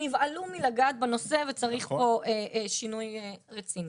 נבהלו מלגעת בנושא וצריך פה שינוי רציני.